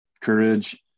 courage